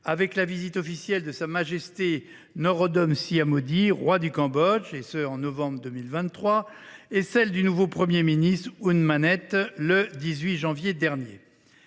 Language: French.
avec la visite officielle de Sa Majesté Norodom Sihamoni, roi du Cambodge, au mois de novembre 2023, et celle du nouveau Premier ministre Hun Manet, le 18 janvier dernier.